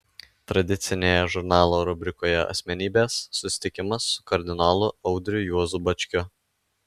tradicinėje žurnalo rubrikoje asmenybės susitikimas su kardinolu audriu juozu bačkiu